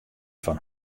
fan